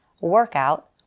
workout